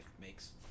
makes